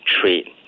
trade